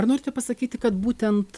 ar norite pasakyti kad būtent